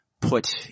put